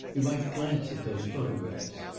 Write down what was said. you might glance at those photographs.